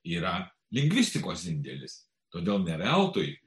yra lingvistikos indėlis todėl ne veltui